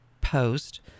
post